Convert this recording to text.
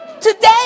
today